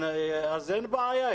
אין בעיה,